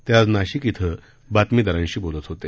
ते आज नाशिक इथं बातमीदारांशी बोलत होते